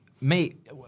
mate